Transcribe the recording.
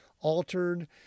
altered